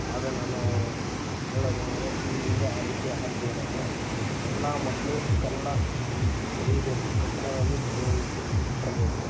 ಆದರೆ ನಾನು ಹೇಳೋದೇನು ಅಂದರೆ ಇನ್ಮುಂದೆ ಆ ರೀತಿ ಆಗದೇ ಇರೋಂಗೆ ಎಲ್ಲ ಮಕ್ಕಳು ಕನ್ನಡ ಬರಿಬೇಕು ಕಡ್ಡಾಯವಾಗಿ ಬರೆಯೋ ರೀತಿ ಮಾಡಬೇಕು